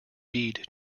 bead